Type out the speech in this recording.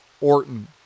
Orton